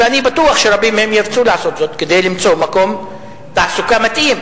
ואני בטוח שרבים מהם ירצו לעשות זאת כדי למצוא מקום תעסוקה מתאים,